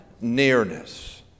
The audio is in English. nearness